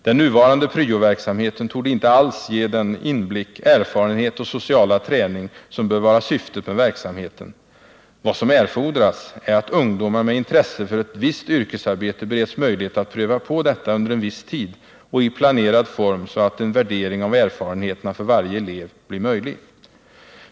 Den nuvarande pryoverksamheten torde inte alls ge den inblick, erfarenhet och sociala träning som bör vara syftet med verksamheten. Vad som erfordras är att ungdomar med intresse för ett visst yrkesarbete bereds möjlighet att pröva på detta under viss tid och i planerad form, så att en värdering av erfarenheterna för varje elev blir möjlig.